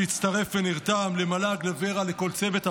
שהצטרף ונרתם, למל"ג, לוור"ה, לכל צוות הוועדה,